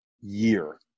year